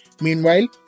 Meanwhile